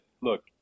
look